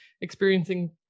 experiencing